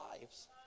lives